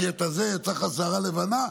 יצאה לך שערה לבנה,